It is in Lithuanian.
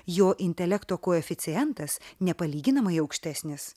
jo intelekto koeficientas nepalyginamai aukštesnis